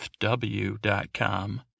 FW.com